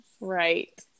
Right